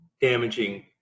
damaging